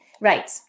right